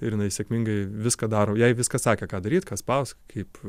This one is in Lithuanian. ir jinai sėkmingai viską daro jai viską sakė ką daryt ką spaust kaip